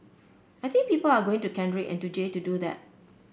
I think people are going to Kendrick and to Jay to do that